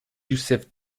youssef